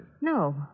No